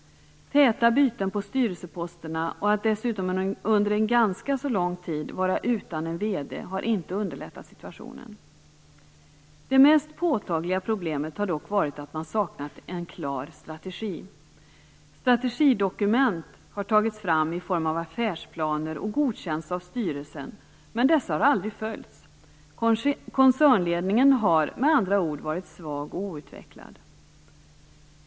Täta byten på styrelseposterna, och att dessutom under en ganska lång tid vara utan en vd, har inte underlättat situationen. Det mest påtagliga problemet har dock varit att man har saknat en klar strategi. Strategidokument har tagits fram i form av affärsplaner och har godkänts av styrelsen. Men dessa har aldrig följts. Koncernledningen har med andra ord varit svag och outvecklad.